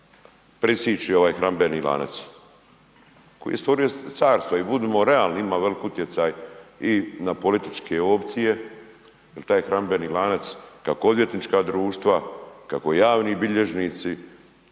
presjeći ovaj hranidbeni lanac koji je stvorio carstvo i budimo realni, ima veliki utjecaj i na političke opcije jer taj hranidbeni lanac kako odvjetnička društva, kako javni bilježnici